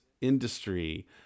industry